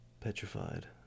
petrified